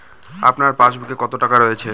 আপনার পাসবুকে কত টাকা রয়েছে?